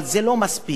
אבל זה לא מספיק.